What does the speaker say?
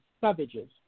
savages